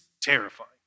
terrifying